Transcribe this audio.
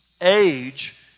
age